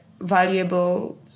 valuable